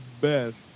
best